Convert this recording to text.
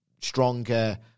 stronger